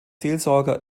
seelsorger